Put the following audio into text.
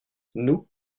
nous